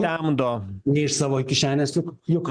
temdo ne iš savo kišenės juk juk